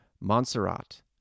Montserrat